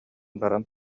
баран